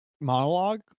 monologue